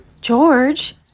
George